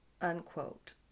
Unquote